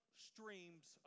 streams